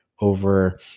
over